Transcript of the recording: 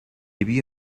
havia